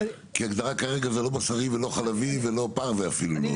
כי ההגדרה כרגע זה לא בשרי ולא חלבי ולא פרווה אפילו.